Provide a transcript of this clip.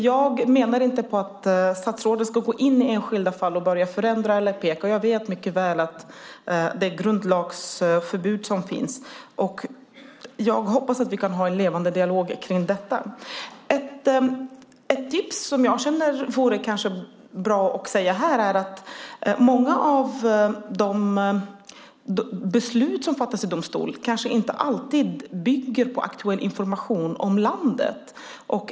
Jag menar inte att statsrådet ska gå in i enskilda fall och börja förändra eller peka - jag känner mycket väl till det grundlagsförbud som finns. Jag hoppas att vi kan ha en levande dialog kring detta. Ett tips som vore bra att ta upp här är att många av de beslut som fattas i domstolar kanske inte alltid bygger på aktuell information om landet.